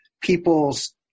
people's